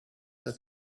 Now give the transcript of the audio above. that